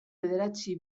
bederatzi